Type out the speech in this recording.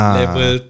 level